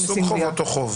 אותו סוג חוב או אותו חוב?